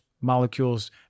molecules